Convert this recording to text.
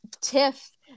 tiff